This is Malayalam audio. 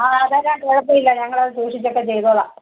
ആ അതെല്ലാം കുഴപ്പമില്ല ഞങ്ങൾ അത് സൂക്ഷിച്ചൊക്കെ ചെയ്തോളാം